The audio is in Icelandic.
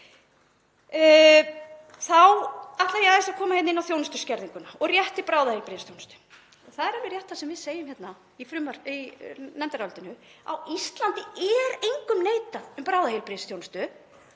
Þá ætla ég aðeins að koma inn á þjónustuskerðinguna og rétt til bráðaheilbrigðisþjónustu. Það er alveg rétt sem við segjum hérna í nefndarálitinu: Á Íslandi er engum neitað um bráðaheilbrigðisþjónustu.